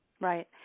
Right